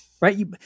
Right